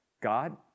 God